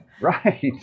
Right